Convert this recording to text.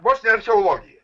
vos ne archeologija